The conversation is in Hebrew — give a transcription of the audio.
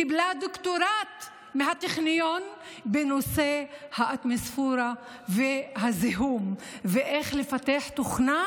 קיבלה דוקטורט מהטכניון בנושא האטמוספירה והזיהום ואיך לפתח תוכנה